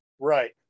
Right